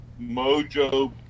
Mojo